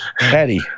Eddie